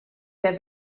der